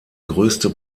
größte